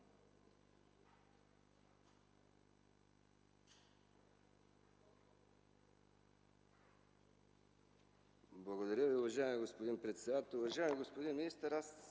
Благодаря Ви, уважаема госпожо председател. Уважаеми господин министър,